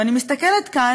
ואני מסתכלת כאן,